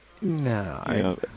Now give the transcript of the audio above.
No